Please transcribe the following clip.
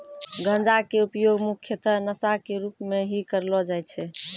गांजा के उपयोग मुख्यतः नशा के रूप में हीं करलो जाय छै